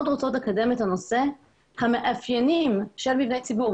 רוצות לקדם את הנושא המאפיינים של מבני ציבור,